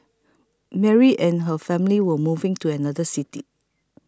Mary and her family were moving to another city